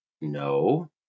No